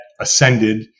ascended